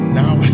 now